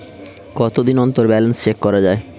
কতদিন অন্তর balance check করা য়ায়?